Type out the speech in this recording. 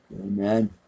Amen